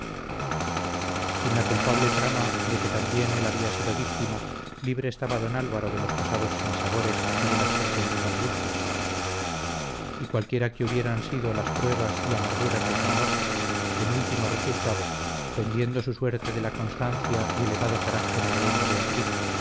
sin la culpable trama de que también él había sido víctima libre estaba don álvaro de los pasados sinsabores y de las presentes angustias y cualquiera que hubieran sido las pruebas y amarguras de su amor en último resultado pendiendo su suerte de la constancia y elevado carácter de doña beatriz